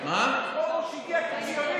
פרוש הגיע כציוני?